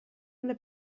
una